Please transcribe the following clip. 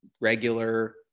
regular